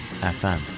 FM